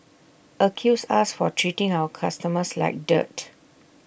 accused us for treating our customers like dirt